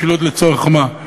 משילות לצורך מה?